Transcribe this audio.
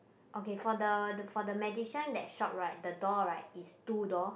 okay for the the for the magician that shot right the door right is two door